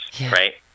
right